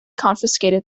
confiscated